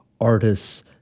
artists